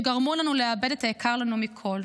שגרמו לנו לאבד את היקר לנו מכול.